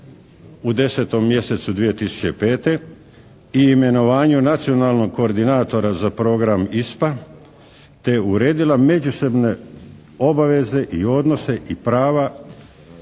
u 10. mjesecu 2005. i imenovanje nacionalnog koordinatora za program ISPA te uredila međusobne obaveze i odnose i prava